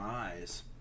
eyes